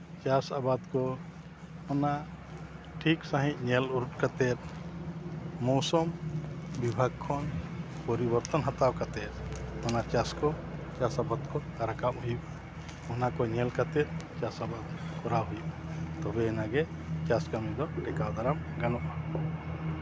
ᱪᱟᱥ ᱟᱵᱟᱫ ᱠᱚ ᱚᱱᱟ ᱴᱷᱤᱠ ᱥᱟᱹᱦᱤᱡ ᱧᱮᱞ ᱩᱰᱩᱠ ᱠᱟᱛᱮᱫ ᱢᱳᱥᱚᱢ ᱵᱤᱵᱷᱟᱜᱽ ᱠᱷᱚᱱ ᱯᱚᱨᱤᱵᱚᱨᱛᱚᱱ ᱦᱟᱛᱟᱣ ᱠᱟᱛᱮᱫ ᱚᱱᱟ ᱪᱟᱥ ᱠᱚ ᱪᱟᱥ ᱟᱵᱟᱫ ᱠᱚ ᱨᱟᱠᱟᱵ ᱦᱩᱭᱩᱜᱼᱟ ᱚᱱᱟ ᱠᱚ ᱧᱮᱞ ᱠᱟᱛᱮᱫ ᱪᱟᱥ ᱟᱵᱟᱫ ᱠᱚᱨᱟᱣ ᱦᱩᱭᱩᱜᱼᱟ ᱛᱚᱵᱮᱭᱟᱱᱟᱝ ᱜᱮ ᱪᱟᱥ ᱠᱟᱹᱢᱤ ᱫᱚ ᱴᱮᱠᱟᱣ ᱫᱟᱨᱟᱢ ᱜᱟᱱᱚᱜᱼᱟ